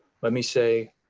let me say